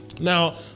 now